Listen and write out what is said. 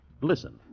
listen